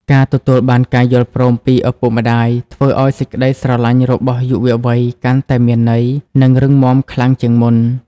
ការទទួលបានការយល់ព្រមពីឪពុកម្ដាយ ធ្វើឱ្យសេចក្ដីស្រឡាញ់របស់យុវវ័យកាន់តែមានន័យ និងរឹងមាំខ្លាំងជាងមុន។